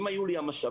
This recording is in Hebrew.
אם היו לי המשאבים,